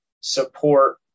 support